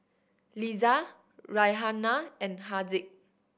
Lisa Raihana and Haziq